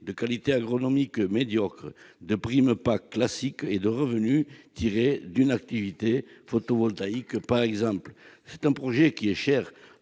de qualité agronomique médiocre, de primes PAC classiques et de revenus tirés d'une activité photovoltaïque, par exemple. Je pense notamment à un projet, qui est cher